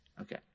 Okay